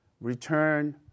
Return